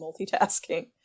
multitasking